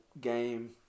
game